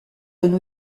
donne